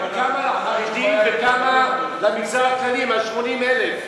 כמה לחרדים וכמה למגזר הכללי מה-80,000?